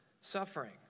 Suffering